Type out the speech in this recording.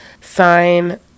sign